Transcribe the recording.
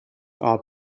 are